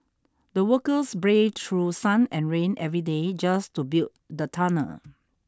the workers braved through sun and rain every day just to build the tunnel